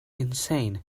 insane